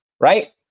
right